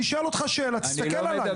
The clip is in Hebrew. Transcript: לכן אני שואל אותך שאלה ומבקש שתסתכל עליי.